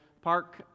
Park